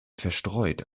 verstreut